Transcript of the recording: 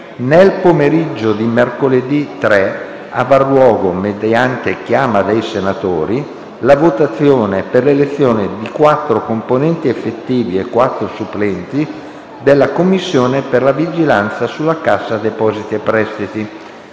Nel pomeriggio di mercoledì 3 avrà luogo, mediante chiama dei senatori, la votazione per l'elezione di quattro componenti effettivi e quattro supplenti della Commissione per la vigilanza sulla Cassa depositi e prestiti.